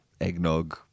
eggnog